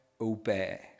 obey